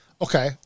okay